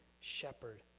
shepherd